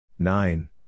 Nine